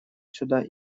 сюда